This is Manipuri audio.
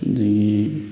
ꯑꯗꯒꯤ